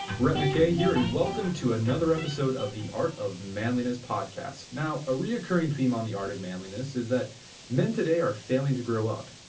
brett mckay here, and welcome to another episode of the art of manliness podcast. now, a reoccurring theme on the art of manliness is that men today are failing to grow up.